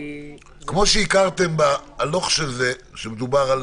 כמו שהכרתם בהלוך של זה, שמדובר על